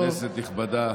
כנסת נכבדה,